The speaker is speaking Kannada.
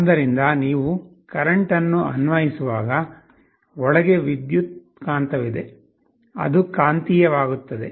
ಆದ್ದರಿಂದ ನೀವು ಕರೆಂಟ್ ಅನ್ನು ಅನ್ವಯಿಸುವಾಗ ಒಳಗೆ ವಿದ್ಯುತ್ಕಾಂತವಿದೆ ಅದು ಕಾಂತೀಯವಾಗುತ್ತದೆ